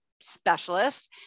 specialist